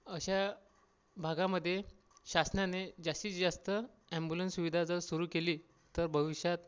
अशा भागामधे शासनाने जास्तीत जास्त अँबुलेन सुविधा जर सुरू केली तर भविष्यात